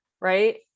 right